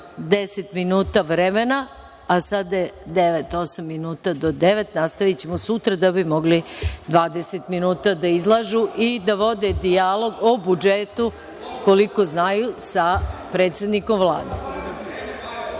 minuta vremena, a sada je osam minuta do devet, nastavićemo sutra da bi mogli 20 minuta da izlažu i da vode dijalog o budžetu, koliko znaju, sa predsednikom